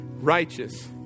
righteous